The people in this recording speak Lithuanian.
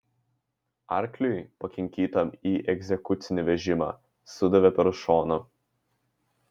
arkliui pakinkytam į egzekucinį vežimą sudavė per šoną